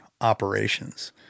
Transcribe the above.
operations